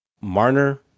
Marner